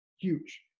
Huge